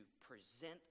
present